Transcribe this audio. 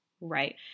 right